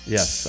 Yes